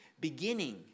beginning